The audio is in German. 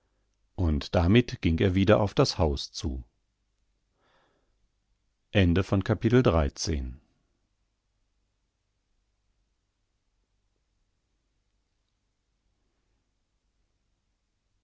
und damit ging er wieder auf das haus zu